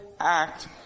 act